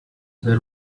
there